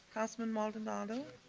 councilman maldonado.